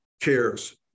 cares